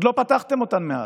עוד לא פתחתם אותן מאז,